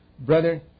Brother